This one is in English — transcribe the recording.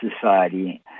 society